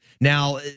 Now